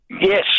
Yes